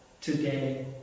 today